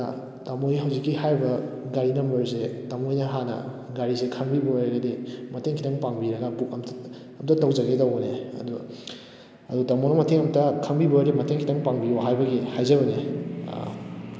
ꯑꯗꯨꯗ ꯇꯣꯃꯣꯍꯣꯏ ꯍꯧꯖꯤꯛꯀꯤ ꯍꯥꯏꯔꯤꯕ ꯒꯥꯔꯤ ꯅꯝꯕꯔꯁꯦ ꯇꯥꯃꯣ ꯍꯣꯏꯅ ꯍꯥꯟꯅ ꯒꯥꯔꯤꯁꯦ ꯈꯪꯕꯤꯕ ꯑꯣꯏꯔꯒꯗꯤ ꯃꯇꯦꯡ ꯈꯤꯇꯪ ꯄꯥꯡꯕꯤꯔꯒ ꯕꯨꯛ ꯑꯃꯨꯛꯇ ꯇꯧꯖꯒꯦ ꯇꯧꯕꯅꯦ ꯑꯗꯣ ꯑꯗꯨ ꯇꯥꯃꯣꯅ ꯃꯇꯦꯡ ꯑꯃꯨꯛꯇ ꯈꯪꯕꯤꯕ ꯑꯣꯏꯔꯗꯤ ꯃꯇꯦꯡ ꯈꯤꯇꯪ ꯄꯥꯡꯕꯤꯑꯣ ꯍꯥꯏꯕꯒꯤ ꯍꯥꯏꯖꯕꯅꯦ ꯑꯥ